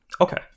Okay